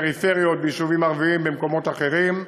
בפריפריות, ביישובים ערביים, במקומות אחרים.